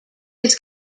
his